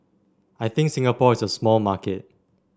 I think Singapore is a small market